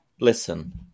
listen